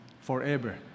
forever